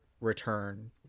return